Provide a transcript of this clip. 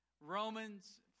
Romans